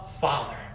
Father